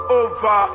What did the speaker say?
over